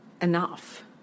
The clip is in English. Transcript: enough